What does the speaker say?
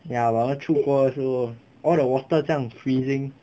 ya 然后出过时候 all the water 酱 freezing